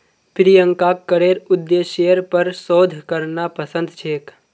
प्रियंकाक करेर उद्देश्येर पर शोध करना पसंद छेक